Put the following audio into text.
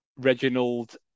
Reginald